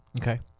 Okay